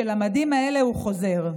שלמדים האלה הוא חוזר.